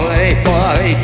Bye-bye